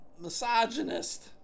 misogynist